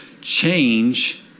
Change